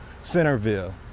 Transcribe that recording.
Centerville